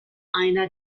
einer